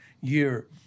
year